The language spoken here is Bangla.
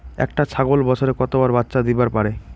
একটা ছাগল বছরে কতবার বাচ্চা দিবার পারে?